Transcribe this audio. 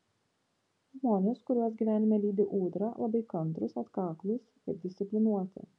žmonės kuriuos gyvenime lydi ūdra labai kantrūs atkaklūs ir disciplinuoti